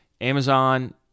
Amazon